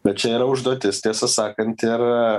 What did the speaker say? bet čia yra užduotis tiesą sakant ir